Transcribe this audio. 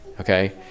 Okay